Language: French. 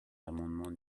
l’amendement